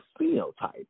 phenotype